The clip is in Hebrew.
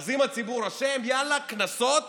אז אם הציבור אשם יאללה, קנסות